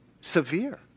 severe